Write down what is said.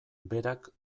berak